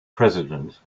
president